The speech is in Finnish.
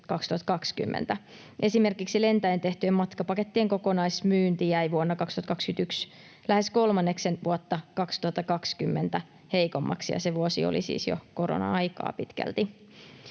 Esimerkiksi lentäen tehtyjen matkapakettien kokonaismyynti jäi vuonna 2021 lähes kolmanneksen vuotta 2020 heikommaksi, ja se vuosi oli siis jo korona-aikaa pitkälti.